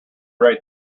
rate